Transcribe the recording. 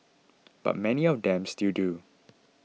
but many of them still do